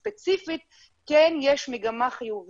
הישוב עצמו יחד עם ההתאמה הישובית הספציפית כמובן למה שקורה